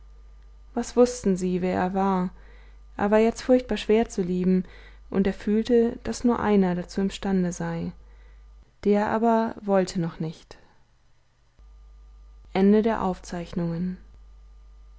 was wußten sie wer er war er war jetzt furchtbar schwer zu lieben und er fühlte daß nur einer dazu imstande sei der aber wollte noch nicht